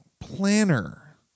planner